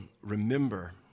remember